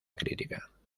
crítica